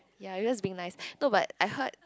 ya you're just being nice no but I heard